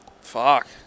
Fuck